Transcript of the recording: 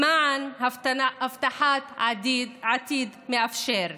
למען הבטחת עתיד מאפשר.